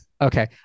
Okay